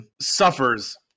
suffers